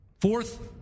Fourth